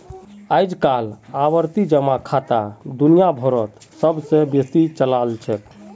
अइजकाल आवर्ती जमा खाता दुनिया भरोत सब स बेसी चलाल छेक